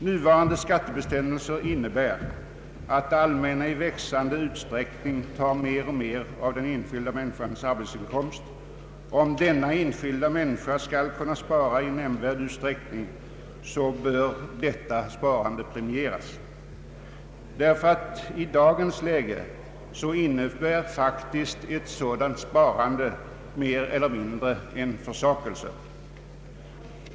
Nuvarande skattebestämmelser innebär att det allmänna tar mer och mer av den enskilda människans arbetsinkomst. Om denna enskilda människa skall kunna spara i nämnvärd utsträckning bör detta sparande premieras, därför att ett sådant sparande i dagens läge faktiskt mer eller mindre innebär en försakelse.